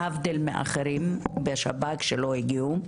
להבדיל מאחרים מהשב"כ שלא הגיעו.